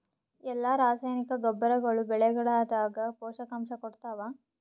ಎಲ್ಲಾ ರಾಸಾಯನಿಕ ಗೊಬ್ಬರಗೊಳ್ಳು ಬೆಳೆಗಳದಾಗ ಪೋಷಕಾಂಶ ಕೊಡತಾವ?